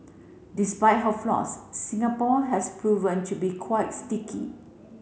despite her flaws Singapore has proven to be quite sticky